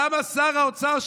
למה שר האוצר,